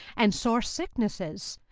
and sore sicknesses,